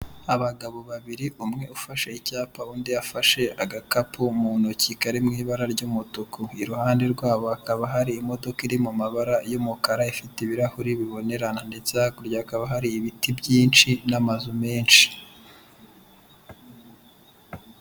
Abagabo babiri, umwe ufashe icyapa undi afashe agakapu mu ntoki kari mu ibara ry'umutuku, iruhande rwabo hakaba hari imodoka iri mu mabara y'umukara, ifite ibirahuri bibonerana ndetse hakurya hakaba hari ibiti byinshi n'amazu menshi.